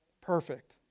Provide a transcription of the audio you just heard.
Perfect